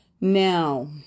Now